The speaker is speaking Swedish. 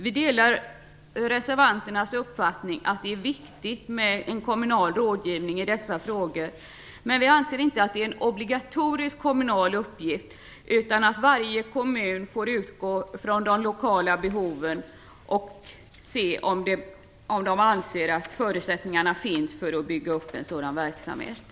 Vi delar reservanternas uppfattning att det är viktigt med en kommunal rådgivning i dessa frågor, men vi anser inte att det är en obligatorisk kommunal uppgift. Varje kommun får utgå från de lokala behoven och se om de anser att förutsättningarna finns för att bygga upp en sådan verksamhet.